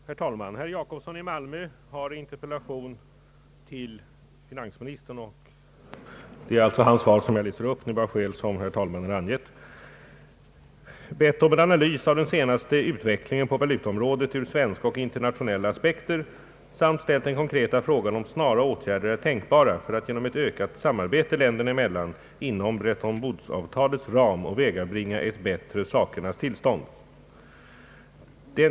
Herr talman! Herr Gösta Jacobsson har i interpellation bett finansministern lämna en analys av den senaste utvecklingen på valutaområdet ur svenska och internationella aspekter samt ställt den konkreta frågan om snara åtgärder är tänkbara för att genom ett ökat samarbete länderna emellan inom Bretton Woods-avtalets ram åvägabringa ett hättre - sakernas tillstånd. Då herr Sträng är upptagen i andra kammaren skall jag be att få besvara interpellationen.